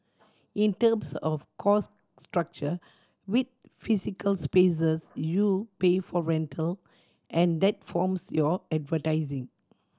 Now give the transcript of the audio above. in terms of cost structure with physical spaces you pay for rental and that forms your advertising